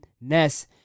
Ness